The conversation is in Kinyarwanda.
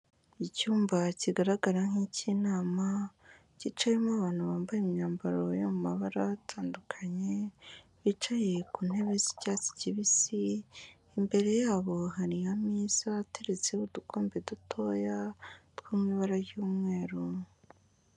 Icyumba kigaragara nk'icy'inama, cyicayemo abantu bambaye imyambaro yo mu mabara atandukanye, bicaye ku ntebe z'icyatsi kibisi, imbere yabo hari ameza ateretseho udukombe dutoya two mu ibara ry'umweru.